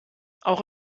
auch